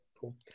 Cool